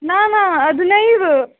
न न अधुनैव